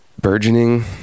Burgeoning